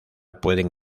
pueden